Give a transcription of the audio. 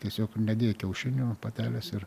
tiesiog nedėjo kiaušinių patelės ir